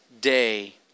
day